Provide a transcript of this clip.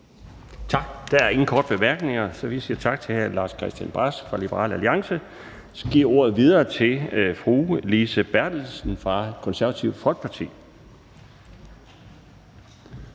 Tak. Der er ingen korte bemærkninger, så vi siger tak til hr. Lars-Christian Brask fra Liberal Alliance. Og så giver jeg ordet videre til fru Lise Bertelsen fra Konservative Folkeparti.